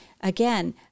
again